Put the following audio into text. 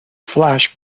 flash